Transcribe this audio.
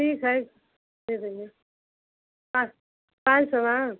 ठीक है दे देंगे आ